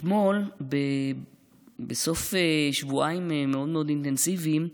אתמול, בסוף שבועיים מאוד מאוד אינטנסיביים,